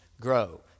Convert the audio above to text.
Grow